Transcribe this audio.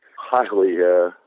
highly